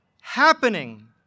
happening